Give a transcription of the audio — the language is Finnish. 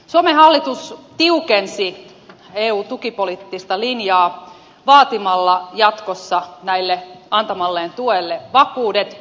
suomen hallitus tiukensi eun tukipoliittista linjaa vaatimalla jatkossa tälle antamalleen tuelle vakuudet